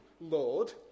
Lord